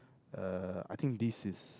uh I think this is